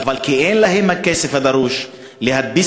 אבל מכיוון שאין להם הכסף הדרוש להדפיס